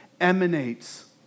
emanates